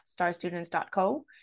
starstudents.co